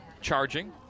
charging